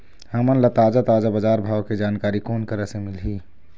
हमन ला ताजा ताजा बजार भाव के जानकारी कोन करा से मिलही?